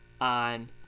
on